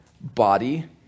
body